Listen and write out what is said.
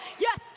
Yes